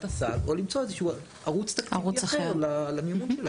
הסל או לאיזה שהוא ערוץ תקציבי אחר שנצטרך למצוא עבורם.